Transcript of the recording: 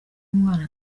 umwana